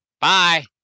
Bye